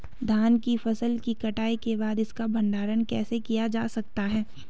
धान की फसल की कटाई के बाद इसका भंडारण कैसे किया जा सकता है?